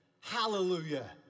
Hallelujah